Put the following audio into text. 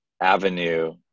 avenue